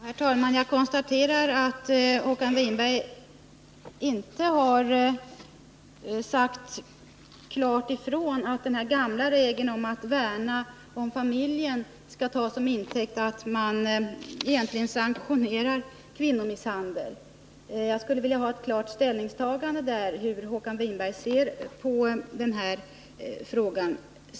Herr talman! Jag konstaterar att Håkan Winberg inte har sagt klart ifrån huruvida den gamla regeln att värna om familjen skall tas till intäkt för de åtgärder som kan komma i fråga på detta område och att man egentligen sanktionerar kvinnomisshandel. Jag skulle vilja ha ett klart ställningstagande, hur Håkan Winberg ser på den här frågan.